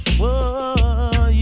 whoa